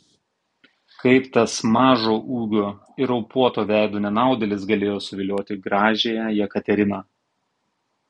kaip tas mažo ūgio ir raupuoto veido nenaudėlis galėjo suvilioti gražiąją jekateriną